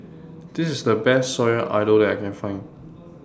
This IS The Best Sayur Lodeh that I Can Find